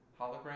hologram